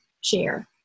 share